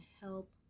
help